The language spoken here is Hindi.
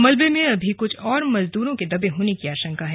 मलबे में अभी कुछ और मजदूरों के दबे होने की आशंका है